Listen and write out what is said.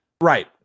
right